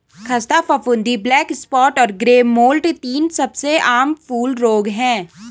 ख़स्ता फफूंदी, black spot और ग्रे मोल्ड तीन सबसे आम फूल रोग हैं